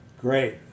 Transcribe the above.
great